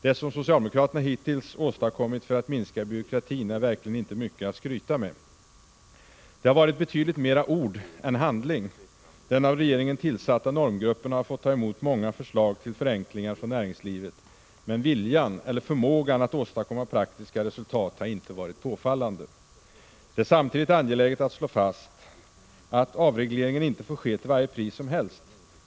Det som socialdemokraterna hittills åstadkommit för att minska byråkratin är verkligen inte mycket att skryta med. Det har varit betydligt mera ord än handling. Den av regeringen tillsatta normgruppen har fått ta emot många förslag till förenklingar från näringslivet, men viljan — eller förmågan — att åstadkomma praktiska resultat har inte varit påfallande. Det är samtidigt angeläget att slå fast att avregleringen inte får ske till vilket pris som helst.